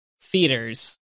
theaters